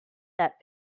that